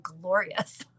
glorious